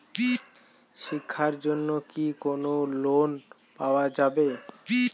শিক্ষার জন্যে কি কোনো লোন পাওয়া যাবে?